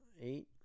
Eight